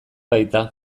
baita